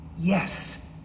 Yes